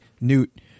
Newt